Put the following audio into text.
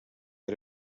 era